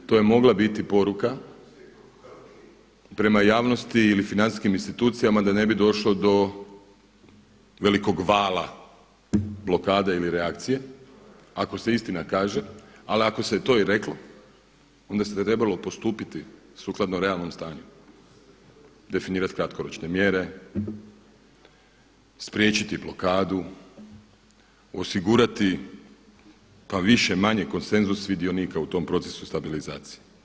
To je mogla biti poruka prema javnosti ili financijskim institucijama da ne bi došlo do velikog vala blokade ili reakcije ako se istina kaže ali ako se je to i reklo onda se trebalo postupiti sukladno realnom stanju, definirati kratkoročne mjere, spriječiti blokadu, osigurati pa više-manje konsenzus svih dionika u tom procesu stabilizacije.